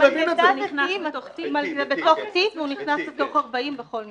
זה בתוך- -- הוא נכנס לתוך 40 בכל מקרה.